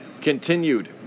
Continued